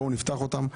בואו נפתח אותם,